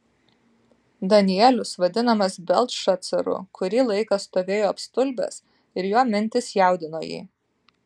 danielius vadinamas beltšacaru kurį laiką stovėjo apstulbęs ir jo mintys jaudino jį